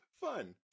Fun